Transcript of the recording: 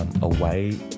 away